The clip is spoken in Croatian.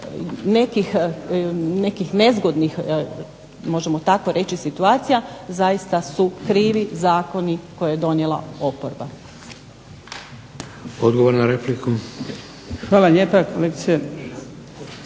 nekih nezgodnih možemo tako reći situacija zaista su krivi zakoni koje je donijela oporba.